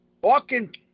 walking